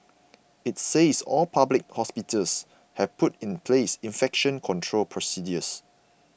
it says all public hospitals have put in place infection control procedures